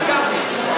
הסכמתי.